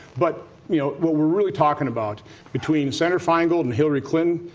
but you know what we are really talking about between senator feingold and hillary clinton,